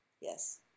Yes